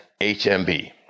HMB